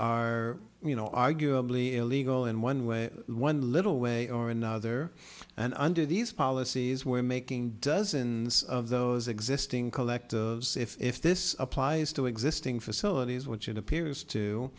are you know arguably illegal in one way one little way or another and under these policies we're making dozens of those existing collect if this applies to existing facilities which it appears to